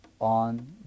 on